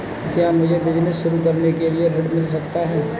क्या मुझे बिजनेस शुरू करने के लिए ऋण मिल सकता है?